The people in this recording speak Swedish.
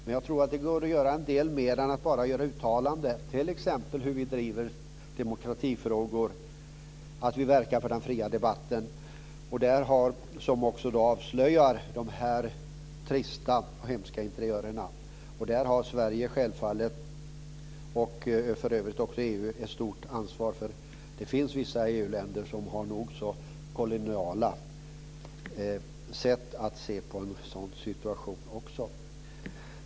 Men jag tror att det går att göra en del mer än att bara göra uttalanden, t.ex. genom att driva demokratifrågor, att verka för den fria debatten, som också avslöjar de trista och hemska interiörerna. Där har Sverige självfallet och för övrigt också EU ett stort ansvar. Det finns vissa EU-länder som har nog så koloniala sätt att se på en sådan situation.